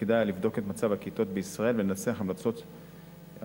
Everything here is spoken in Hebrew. שתפקידה היה לבדוק את מצב הכתות בישראל ולנסח המלצות עבודה.